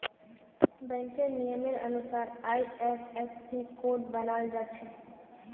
बैंकेर नियमेर अनुसार आई.एफ.एस.सी कोड बनाल जाछे